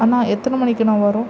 அண்ணா எத்தனை மணிக்குண்ணா வரும்